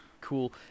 cool